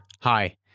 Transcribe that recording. Hi